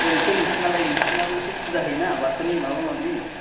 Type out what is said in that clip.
बोरैथो नोंसिनालाय नोंसिनाबोथ' फुजा होयोना बाथौनि माबा माबि